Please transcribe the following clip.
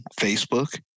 Facebook